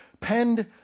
penned